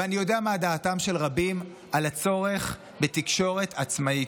ואני יודע מה דעתם של רבים על הצורך בתקשורת עצמאית.